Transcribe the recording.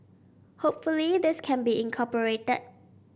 hopefully this can be incorporated